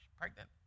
pregnant